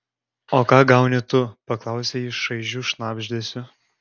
o ką gauni tu paklausė jis šaižiu šnabždesiu